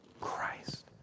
Christ